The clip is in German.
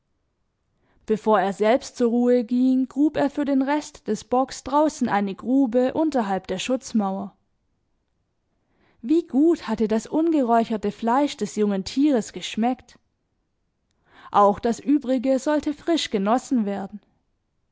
bevor er selbst zur ruhe ging grub er für den rest des bocks draußen eine grube unterhalb der schutzmauer wie gut hatte das ungeräucherte fleisch des jungen tieres geschmeckt auch das übrige sollte frisch genossen werden